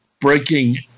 breaking